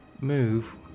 move